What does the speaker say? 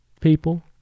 People